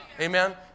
Amen